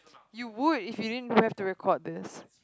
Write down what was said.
you would if you didn't have to record this